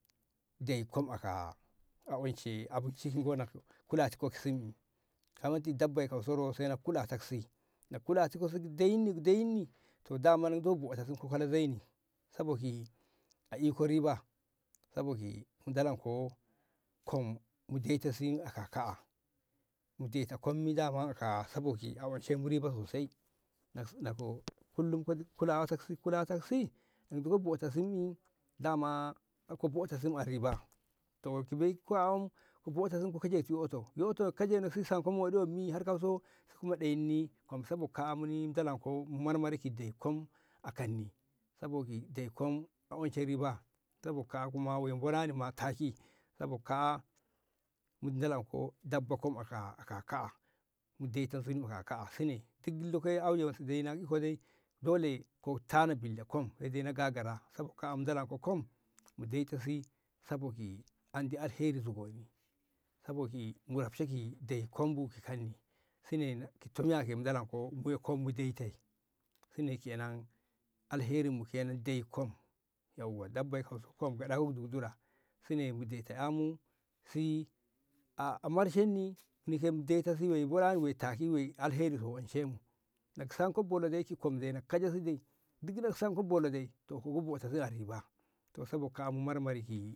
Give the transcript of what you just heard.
da'i kom aka a onshe abinci ki ngo nak kulatiko ki sim'i daman kauso dabbai rotaino kulatak si na kulatak si dayinni dayinni to daman ndu bota si ka kola zaini saboki a eko riba saboki mu dalanko kom mu bota si a kaa ka'a mu bota sim saboda dama a onshe mu riba sosai nako kullum kulatok si kulatok si nduko bota sim'i bota sim'i a riba to be'i ka wam ki kajiti yoto yoto ki kejeto sanko moɗi har kauso si kuma ɗoyin kom sabo ka'a modolonko mu marmari ki dai kom a kanni sabo da dai kom a riba sabo ka'a monani ma taki sabo kaa'a mu dolonko dabba kom aka kaa'a mu daito nzuni ki ka kaa'a sine duk lokaci wonso na iko dai dole ka tana billa kom sai ko na gagara sabo ki andi alheri zugoni saboki mu roksho ki dai kom bu ki kani kaa'a mo dolonko kom mu daite alherin mu kena ki dai kom dai kom gaɗawu dudura si a marshenni muni ke mu da'inni si a marsheni muni ke mu wara beƴani mu warshe taki dai kom duk na ka keje si nako sanko bolo ki kom dai to ka waina riba to sabo ka'a a marmari ki kom.